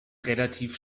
relativ